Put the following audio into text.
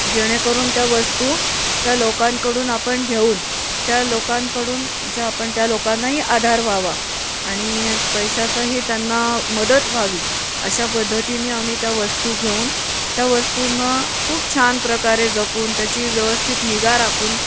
जेणेकरून त्या वस्तू त्या लोकांकडून आपण घेऊन त्या लोकांकडून ज्या आपण त्या लोकांनाही आधार व्हावा आणि पैशाचाही त्यांना मदत व्हावी अशा पद्धतीने आम्ही त्या वस्तू घेऊन त्या वस्तूंना खूप छान प्रकारे जपून त्याची व्यवस्थित निगा राखून